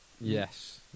yes